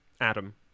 Adam